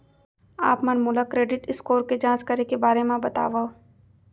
आप मन मोला क्रेडिट स्कोर के जाँच करे के बारे म बतावव?